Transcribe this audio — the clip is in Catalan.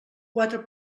quatre